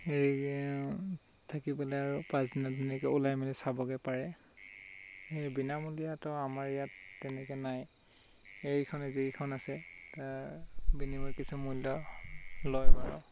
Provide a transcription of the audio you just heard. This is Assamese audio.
হেৰি থাকি পেলাই আৰু পাছদিনা ধুনীয়াকৈ ওলাই মেলি চাবগৈ পাৰে বিনামূলীয়া ত আমাৰ ইয়াত তেনেকৈ নাই এইকেইখনে যিকেইখন আছে বিনিময়ত কিছু মূল্য লয় বাৰু